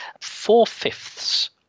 Four-fifths